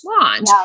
launch